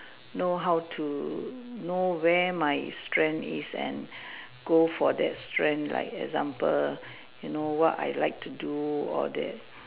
know how to know where my strength is and go for that strength like for example what I like to do or that